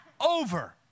over